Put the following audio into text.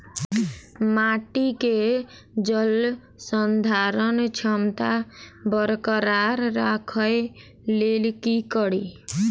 माटि केँ जलसंधारण क्षमता बरकरार राखै लेल की कड़ी?